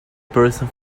person